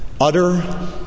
Utter